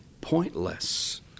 pointless